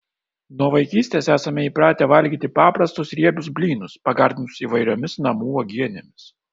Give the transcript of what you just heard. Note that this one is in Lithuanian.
nuo vaikystės esame įpratę valgyti paprastus riebius blynus pagardintus įvairiomis namų uogienėmis